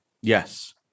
Yes